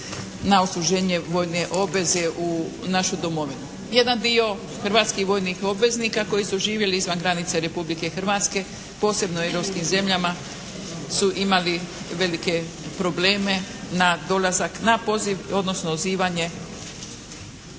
na odsluženje vojne obveze u našu Domovinu. Jedan dio hrvatskih vojnih obveznika koji su živjeli izvan granice Republike Hrvatske posebno u europskim zemljama su imali velike probleme na dolazak na poziv, odnosno odzivanje